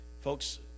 Folks